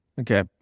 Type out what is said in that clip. Okay